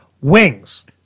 Wings